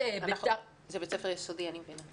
זה בית ספר יסודי, אני מבינה.